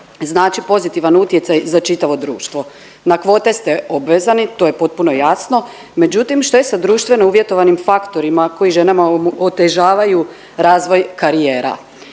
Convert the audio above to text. znači pozitivan utjecaj za čitavo društvo. Na kvote ste obvezani, to je potpuno jasno, međutim što je sa društveno uvjetovanim faktorima koji ženama otežavaju razvoj karijera.